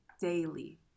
daily